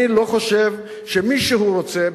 אני לא חושב שמישהו רוצה,